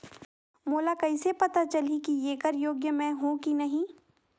मोला कइसे पता चलही की येकर योग्य मैं हों की नहीं?